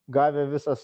gavę visas